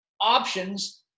options